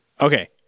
Okay